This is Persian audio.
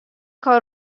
کار